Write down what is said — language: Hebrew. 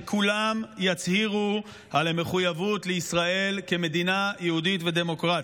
שכולם יצהירו על המחויבות לישראל כמדינה יהודית ודמוקרטית,